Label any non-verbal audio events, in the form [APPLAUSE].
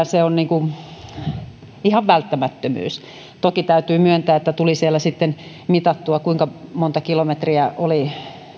[UNINTELLIGIBLE] se on kyllä ihan välttämättömyys toki täytyy myöntää että tuli siellä sitten mitattua kuinka monta kilometriä oli